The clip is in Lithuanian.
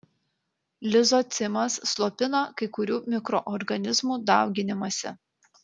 lizocimas slopina kai kurių mikroorganizmų dauginimąsi